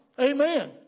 Amen